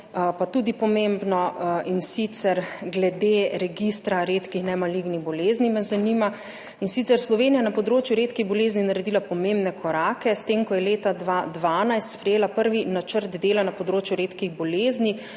pa tudi pomembno, in sicer me zanima glede registra redkih nemalignih bolezni. Slovenija je na področju redkih bolezni naredila pomembne korake s tem, ko je leta 2012 sprejela prvi načrt dela na področju redkih bolezni